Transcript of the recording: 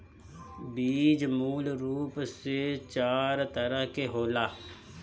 बीज मूल रूप से चार तरह के होला